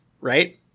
right